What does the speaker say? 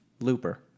Looper